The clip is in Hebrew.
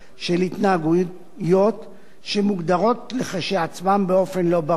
של התנהגויות שמוגדרות כשלעצמן באופן לא ברור.